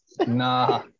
Nah